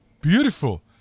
Beautiful